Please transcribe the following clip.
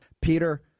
Peter